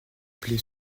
plait